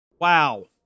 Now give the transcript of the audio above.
Wow